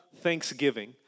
thanksgiving